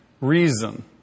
reason